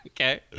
Okay